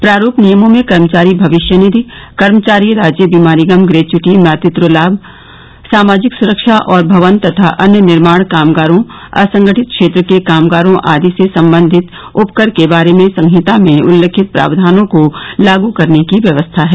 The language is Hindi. प्रारूप नियमों में कर्मचारी भविष्य निधि कर्मचारी राज्य बीमा निगम ग्रेच्यूटी मातृत्व लाभ सामाजिक सुरक्षा और भवन तथा अन्य निर्माण कामगारों असंगठित क्षेत्र के कामगारों आदि से संबंधित उपकर के बारे में सहिता में उल्लिखित प्रावधानों को लागू करने की व्यवस्था है